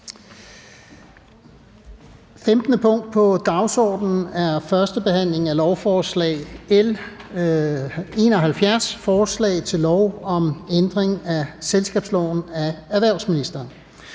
punkt på dagsordenen er: 16) 1. behandling af lovforslag nr. L 72: Forslag til lov om ændring af selskabsloven, årsregnskabsloven,